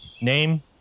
Name